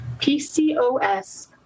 PCOS